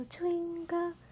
twinkle